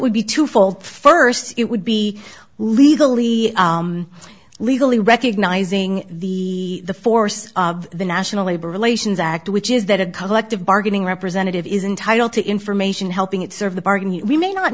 would be twofold first it would be legally legally recognizing the force of the national labor relations act which is that a collective bargaining representative is entitled to information helping it serve the bargain we may not